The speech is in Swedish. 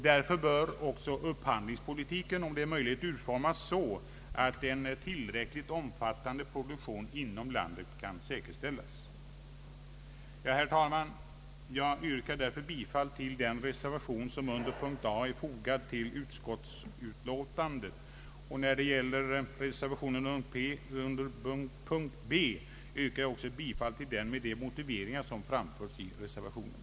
Därför bör också upphandlingspolitiken om möjligt utformas så att en tillräckligt omfattande produktion inom landet kan säkerställas. Herr talman! Jag yrkar bifall till den reservation som under punkt A fogats till utskottsutlåtandet. Jag yrkar också bifall till reservationen under punkt B med de motiveringar som framförs i reservationen.